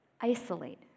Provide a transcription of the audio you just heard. Isolate